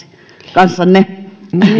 kanssanne